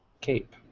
Cape